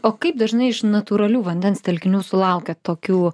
o kaip dažnai iš natūralių vandens telkinių sulaukiat tokių